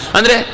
Andre